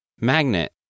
Magnet